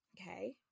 okay